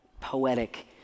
poetic